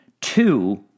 Two